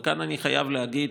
וכאן אני חייב להגיד